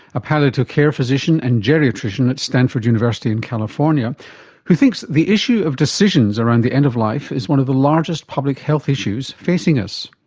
a palliative care physician and geriatrician at stanford university in california who thinks the issue of decisions around the end of life is one of the largest public health issues facing us.